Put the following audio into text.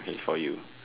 okay for you